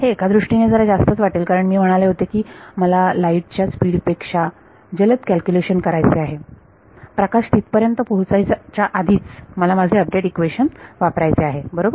हे एका दृष्टीने जरा जास्तच वाटेल कारण मी म्हणाले होते की मला लाईट च्या स्पीड पेक्षा जलद कॅल्क्युलेशन करायचे आहे प्रकाश तिथपर्यंत पोहोचायच्या आधीच मला माझे अपडेट इक्वेशन वापरायचे आहे बरोबर